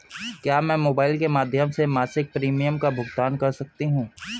क्या मैं मोबाइल के माध्यम से मासिक प्रिमियम का भुगतान कर सकती हूँ?